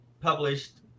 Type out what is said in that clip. published